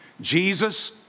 Jesus